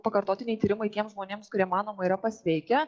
pakartotiniai tyrimai tiems žmonėms kurie manoma yra pasveikę